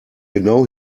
genau